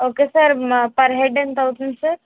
okay sir మా per head ఎంత అవుతుంది సార్